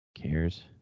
Cares